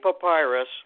Papyrus